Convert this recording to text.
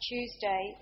Tuesday